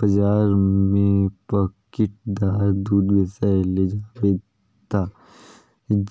बजार में पाकिटदार दूद बेसाए ले जाबे ता